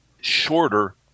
shorter